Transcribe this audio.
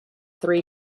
three